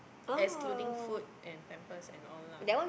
excluding food and pampers and all lah